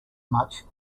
much